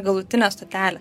galutinė stotelė